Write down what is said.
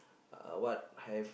uh what have